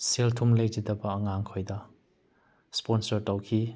ꯁꯦꯜ ꯊꯨꯝ ꯂꯩꯖꯗꯕ ꯑꯉꯥꯡꯈꯣꯏꯗ ꯏꯁꯄꯣꯟꯁꯔ ꯇꯧꯈꯤ